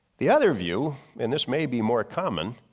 the other view and this may be more common,